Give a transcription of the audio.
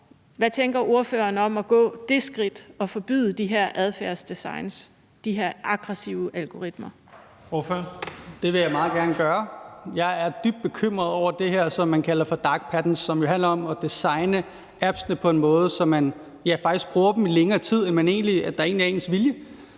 næstformand (Leif Lahn Jensen): Ordføreren. Kl. 15:54 Rasmus Lund-Nielsen (M): Det vil jeg meget gerne gøre. Jeg er dybt bekymret over det her, som man kalder for dark patterns, som jo handler om at designe appsene på en måde, så man faktisk bruger dem i længere tid, end det egentlig er ens vilje,